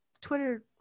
Twitter